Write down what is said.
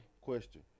question